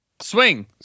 swing